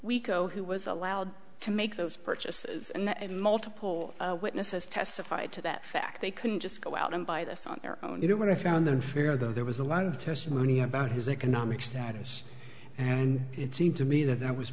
over who was allowed to make those purchases and multiple witnesses testified to that fact they couldn't just go out and buy this on their own you know what i found the fear that there was a lot of testimony about his economic status and it seemed to me that that was